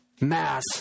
mass